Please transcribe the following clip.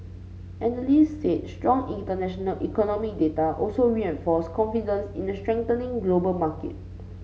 analyst said strong international economy data also reinforced confidence in a strengthening global market